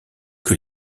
que